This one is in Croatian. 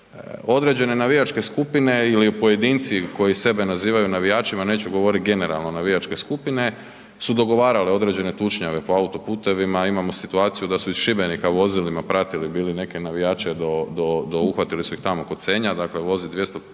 određene navijačke skupine ili pojedinci koji sebe nazivaju navijačima, neću govoriti generalno navijačke skupine su dogovarale određene tučnjave po autoputovima, imamo situaciju da su iz Šibenika vozilima pratili bili neke navijače do, uhvatili su ih tamo kod Senja, dakle vozi 200